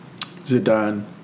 Zidane